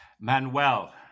Manuel